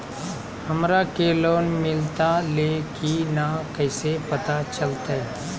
हमरा के लोन मिलता ले की न कैसे पता चलते?